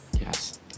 Yes